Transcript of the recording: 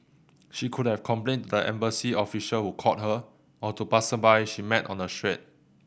she could have complained to embassy official who called her or to passersby she met on the street